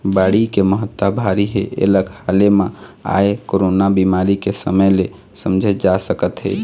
बाड़ी के महत्ता भारी हे एला हाले म आए कोरोना बेमारी के समे ले समझे जा सकत हे